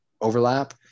overlap